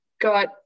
got